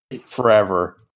forever